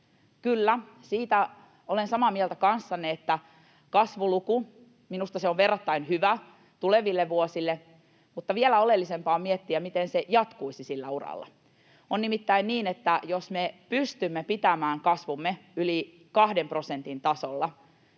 kyllä, siitä olen samaa mieltä kanssanne. Minusta kasvuluku on verrattain hyvä tuleville vuosille, mutta vielä oleellisempaa on miettiä, miten se jatkuisi sillä uralla. On nimittäin niin, että jos me pystymme pitämään kasvumme yli 2 prosentin tasolla,